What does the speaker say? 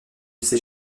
s’est